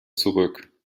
zurück